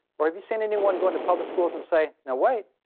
or have you seen anyone go into public schools and say now wait,